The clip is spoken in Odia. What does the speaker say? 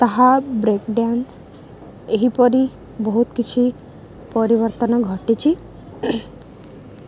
ତାହା ବ୍ରେକ୍ ଡ୍ୟାନ୍ସ ଏହିପରି ବହୁତ କିଛି ପରିବର୍ତ୍ତନ ଘଟିଛି